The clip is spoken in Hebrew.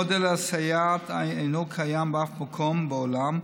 מודל הסייעות אינו קיים בשום מקום בעולם,